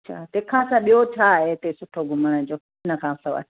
अच्छा तंहिंखां सवाइ ॿियो छा आहे हिते सुठो घुमण जो इन खां सवाइ